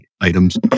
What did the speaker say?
items